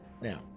Now